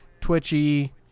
twitchy